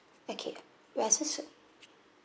okay we are so so